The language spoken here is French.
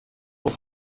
pour